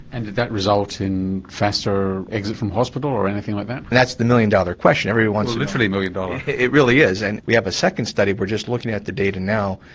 and did that result in faster exit from hospital, or anything like that? that's the million-dollar question. well literally million-dollar. it really is, and we have a second study, we're just looking at the data now,